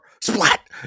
splat